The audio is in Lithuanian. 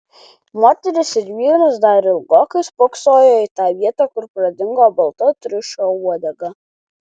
moteris ir vyras dar ilgokai spoksojo į tą vietą kur pradingo balta triušio uodega